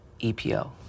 EPO